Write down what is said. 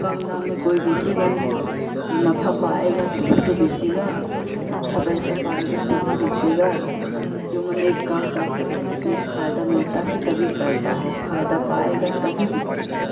तो कम दाम में कोई बेचेगा नहीं जब नफा पाएगा तो ही तो बेचेगा अच्छा पैसा पाएगा तभी बेचेगा जो मनई काम करता है उसमें फायदा मिलता है तभी करता है फायदा पाएगा तभी बिकेगा